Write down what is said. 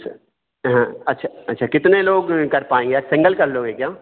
अच्छा हाँ अच्छा अच्छा कितने लोग कर पाएँगे सिन्गल कर लोगे क्या